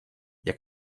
jak